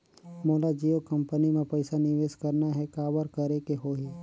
मोला जियो कंपनी मां पइसा निवेश करना हे, काबर करेके होही?